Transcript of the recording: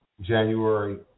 January